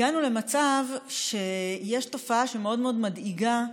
הגענו למצב שיש תופעה שמאוד מאוד מדאיגה,